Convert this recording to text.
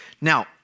Now